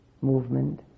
movement